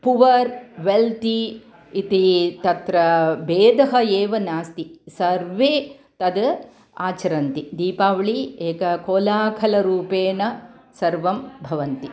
poor wealthy इति तत्र भेदः एव नास्ति सर्वे तद् आचरन्ति दीपावलिः एक कोलाहलरूपेण सर्वं भवन्ति